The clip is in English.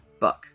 book